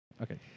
Okay